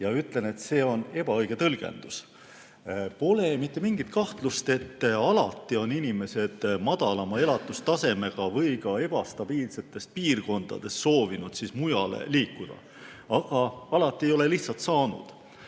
probleemiga. See on ebaõige tõlgendus. Pole mitte mingit kahtlust, et alati on inimesed madalama elatustasemega või ka ebastabiilsetest piirkondadest soovinud mujale liikuda, aga alati ei ole lihtsalt saanud.